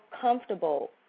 comfortable